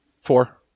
Four